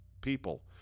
people